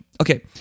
Okay